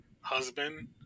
husband